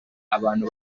abantu